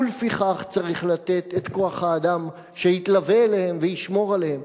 ולפיכך צריך לתת את כוח-האדם שיתלווה אליהם וישמור עליהם.